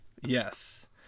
Yes